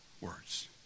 words